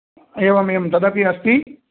एवमेवम् तदपि अस्ति